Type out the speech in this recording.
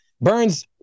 Burns